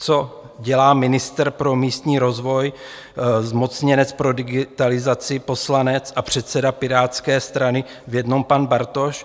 Co dělá ministr pro místní rozvoj, zmocněnec pro digitalizaci, poslanec a předseda Pirátské strany v jednom pan Bartoš?